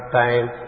time